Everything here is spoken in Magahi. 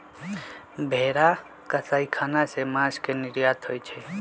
भेरा कसाई ख़ना से मास के निर्यात होइ छइ